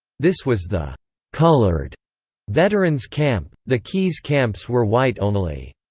this was the colored veterans camp the keys camps were white only.